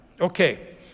Okay